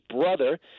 brother